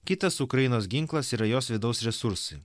kitas ukrainos ginklas yra jos vidaus resursai